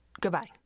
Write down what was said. Goodbye